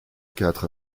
quatre